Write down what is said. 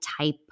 type